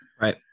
right